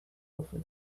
over